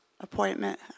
appointment